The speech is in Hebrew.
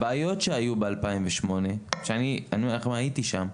שהבעיות שהיו בשנת 2008 ואני הייתי שם,